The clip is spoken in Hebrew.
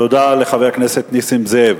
תודה לחבר הכנסת נסים זאב.